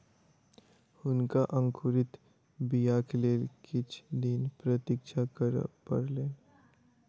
हुनका अंकुरित बीयाक लेल किछ दिन प्रतीक्षा करअ पड़लैन